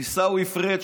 עיסאווי פריג',